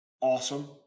Awesome